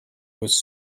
was